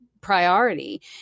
priority